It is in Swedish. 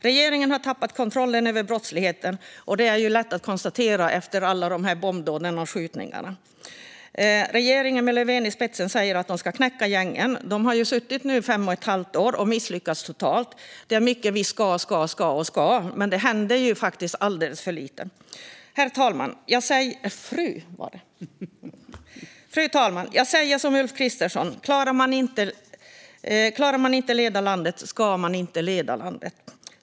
Regeringen har tappat kontrollen över brottsligheten. Detta är lätt att konstatera efter alla bombdåd och skjutningar. Regeringen, med Löfven i spetsen, säger att de ska knäcka gängen. De har nu suttit i fem och ett halvt år och misslyckats totalt. Det är mycket man säger att man ska göra, men det händer alldeles för lite. Fru talman! Jag säger som Ulf Kristersson: Klarar man inte att leda landet ska man inte leda landet.